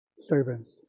servants